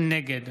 נגד